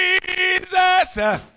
Jesus